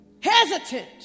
hesitant